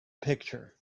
picture